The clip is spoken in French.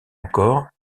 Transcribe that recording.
encore